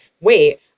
wait